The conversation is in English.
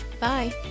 Bye